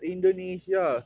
Indonesia